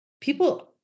people